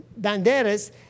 banderas